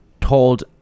told